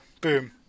Boom